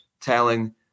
telling